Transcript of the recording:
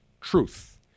truth